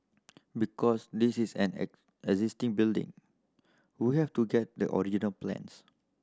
because this is an existing building we have to get the original plans